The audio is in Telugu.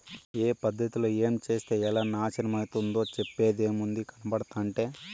ఏ పద్ధతిలో ఏంచేత్తే ఎలా నాశనమైతందో చెప్పేదేముంది, కనబడుతంటే